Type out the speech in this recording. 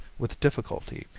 with difficulty,